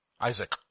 Isaac